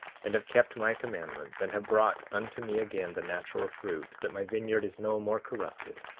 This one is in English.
and have kept my commandments, and have brought unto me again the natural fruit that my vineyard is no more corrupted,